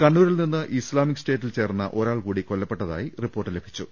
കണ്ണൂരിൽനിന്ന് Islamic സ്റ്റേറ്റിൽ ചേർന്ന ഒരാൾകൂടി കൊല്ലപ്പെട്ടതായി റിപ്പോർട്ട് ലഭിച്ചു